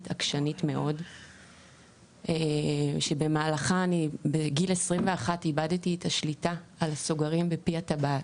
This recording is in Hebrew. עקשנית מאוד שבמהלכה בגיל 21 איבדתי את השליטה על הסוגרים בפי הטבעת.